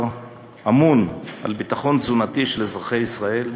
ממונה על ביטחון תזונתי של אזרחי ישראל,